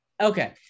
Okay